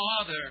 Father